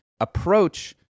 approach